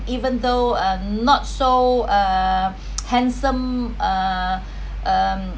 even though I'm not so uh handsome uh um